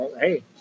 Hey